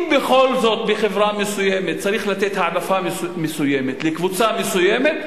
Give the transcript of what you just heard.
אם בכל זאת בחברה מסוימת צריך לתת העדפה מסוימת לקבוצה מסוימת,